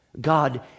God